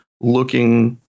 looking